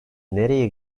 nereye